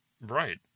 Right